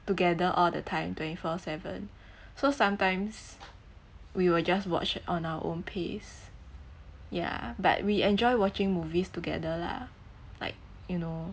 together all the time twenty four seven so sometimes we will just watch on our own pace ya but we enjoy watching movies together lah like you know